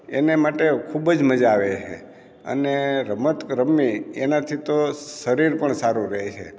એને માટે ખૂબ જ મજા આવે છે અને રમત રમવી એનાથી તો શરીર પણ સારું રહે છે